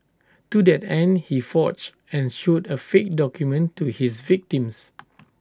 to that end he forged and showed A fake document to his victims